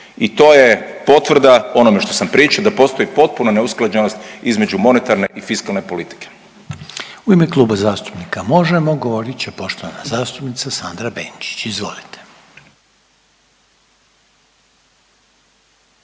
I to je potvrda onome što sam pričao da postoji potpuna neusklađenost između monetarne i fiskalne politike. **Reiner, Željko (HDZ)** U ime Kluba zastupnika Možemo govorit će poštovana zastupnica Sandra Benčić. Izvolite.